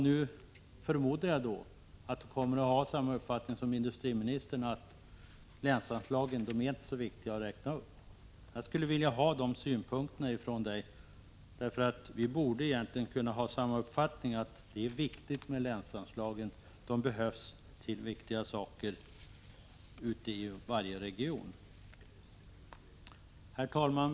Jag förmodar att hon nu kommer att ha samma uppfattning som industriministern, dvs. att det inte är så viktigt att räkna upp länsanslagen. Jag skulle vilja få detta kommenterat av Marianne Stålberg. Vi borde egentligen kunna vara eniga om att det är viktigt med länsanslagen. De behövs för viktiga ändamål ute i varje region. Herr talman!